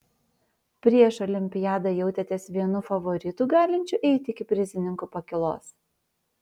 prieš olimpiadą jautėtės vienu favoritų galinčiu eiti iki prizininkų pakylos